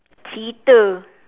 cheater